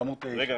בעמוד 9. רגע,